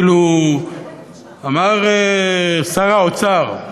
כאילו אמר שר האוצר,